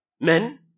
men